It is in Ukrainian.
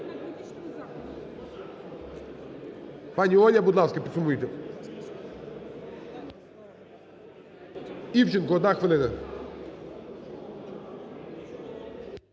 Пані Оля, будь ласка, підсумуйте. Івченко, одна хвилина.